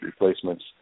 replacements